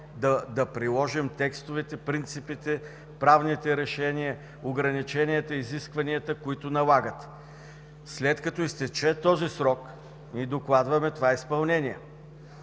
да приложим текстовете, принципите, правните решения, ограниченията, изискванията, които налагат. След като изтече този срок ние докладваме това изпълнение,